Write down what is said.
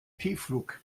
tiefflug